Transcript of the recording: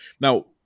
Now